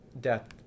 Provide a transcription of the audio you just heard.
death